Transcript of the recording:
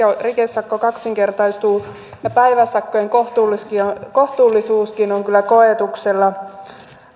rikesakko kaksinkertaistuu ja myös päiväsakkojen kohtuullisuus on kyllä koetuksella